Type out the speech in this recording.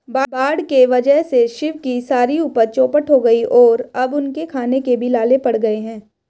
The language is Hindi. बाढ़ के वजह से शिव की सारी उपज चौपट हो गई और अब उनके खाने के भी लाले पड़ गए हैं